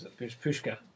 Pushka